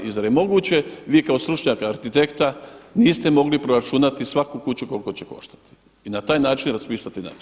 I zar je moguće vi kao stručnjak arhitekta niste mogli proračunati svaku kuću koliko će koštati i na taj način raspisati natječaj?